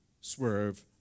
swerve